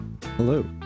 Hello